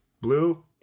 Blue